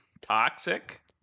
Toxic